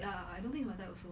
ya I don't think it's my type also